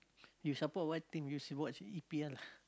you support what thing you should watch e_p_l lah